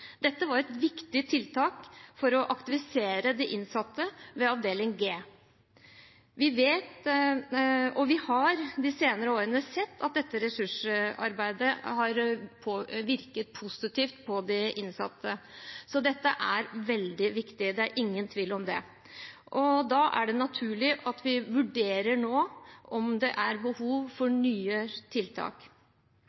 Dette var et viktig tiltak for å aktivisere de innsatte ved avdeling G. Vi har de senere årene sett at dette ressursarbeidet har virket positivt på de innsatte, så dette er veldig viktig. Det er ingen tvil om det. Da er det naturlig at vi nå vurderer om det er behov for